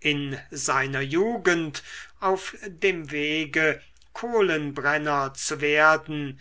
in seiner jugend auf dem wege kohlenbrenner zu werden